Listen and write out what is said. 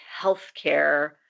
healthcare